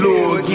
Lord